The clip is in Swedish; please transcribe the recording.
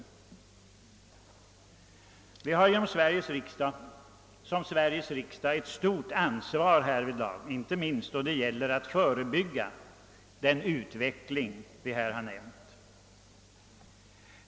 Sveriges riksdag har härvidlag ett stort ansvar, inte minst då det gäller att förebygga den utveckling jag här har nämnt.